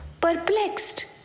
Perplexed